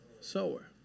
sower